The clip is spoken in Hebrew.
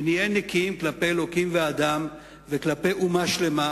ונהיה נקיים כלפי אלוקים ואדם וכלפי אומה שלמה,